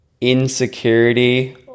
insecurity